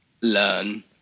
learn